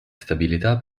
stabilità